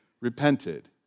repented